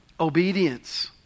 Obedience